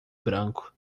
branco